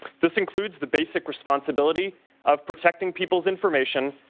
this includes the basic responsibility of protecting people's information,